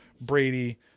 Brady